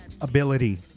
ability